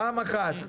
פעם אחת.